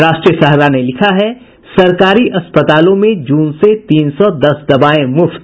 राष्ट्रीय सहारा ने लिखा है सरकारी अस्पतालों में जून से तीन सौ दस दवाएं मुफ्त